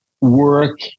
work